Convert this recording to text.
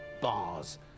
bars